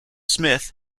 smith